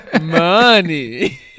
Money